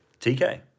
TK